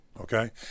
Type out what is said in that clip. Okay